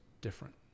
different